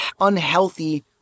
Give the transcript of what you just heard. unhealthy